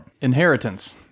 Inheritance